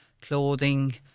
clothing